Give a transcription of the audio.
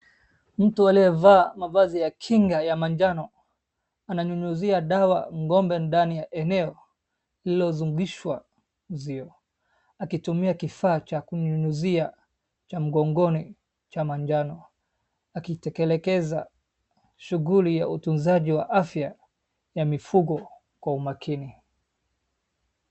Mtu aliyevaa mavazi ya kinga ya manjano ananyunyizia dawa gombe ndani ya eneo lililozubishwa zio akitumia kifaa cha kunyunyizia cha mgongoni cha manjano akitelekeza shughuli ya utunzaji wa afya ya mifugo kwa umakini.